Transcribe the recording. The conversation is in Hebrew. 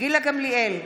גילה גמליאל,